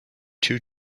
two